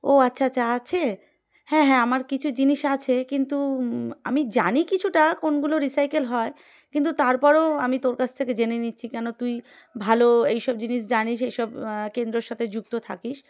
ও আচ্ছা আচ্ছা আছে হ্যাঁ হ্যাঁ আমার কিছু জিনিস আছে কিন্তু আমি জানি কিছুটা কোনগুলো রিসাইকেল হয় কিন্তু তারপরও আমি তোর কাছ থেকে জেনে নিচ্ছি কেন তুই ভালো এই সব জিনিস জানিস এইসব কেন্দ্রর সাথে যুক্ত থাকিস